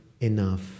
enough